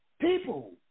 people